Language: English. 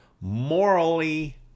morally